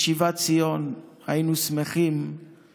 את שיבת ציון היינו כחֹלמים,